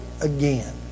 again